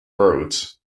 roads